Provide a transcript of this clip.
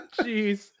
Jeez